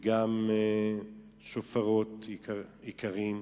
גם שופרות יקרים,